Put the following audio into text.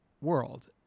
world